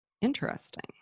interesting